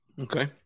Okay